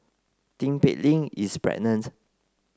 Tin Pei Ling is pregnant